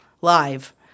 live